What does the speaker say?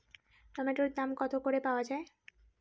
টমেটোর দাম কত করে পাওয়া যায়?